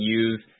use